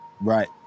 right